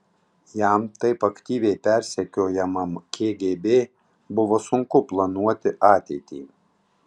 jam taip aktyviai persekiojamam kgb buvo sunku planuoti ateitį